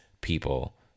people